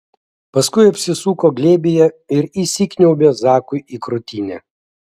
paskui apsisuko glėbyje ir įsikniaubė zakui į krūtinę